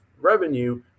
revenue